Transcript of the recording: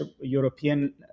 European